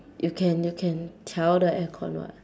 you can you can 调 the aircon what